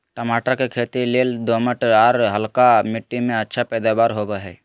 टमाटर के खेती लेल दोमट, आर हल्का मिट्टी में अच्छा पैदावार होवई हई